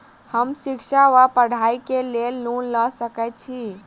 हम शिक्षा वा पढ़ाई केँ लेल लोन लऽ सकै छी?